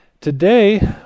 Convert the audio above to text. Today